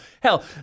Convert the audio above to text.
Hell